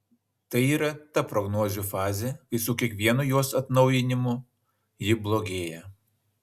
tai yra ta prognozių fazė kai su kiekvienu jos atnaujinimu ji blogėja